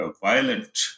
violent